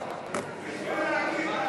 נתניהו, במקום להגיד אחי,